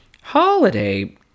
holiday